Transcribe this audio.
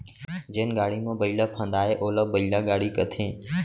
जेन गाड़ी म बइला फंदाये ओला बइला गाड़ी कथें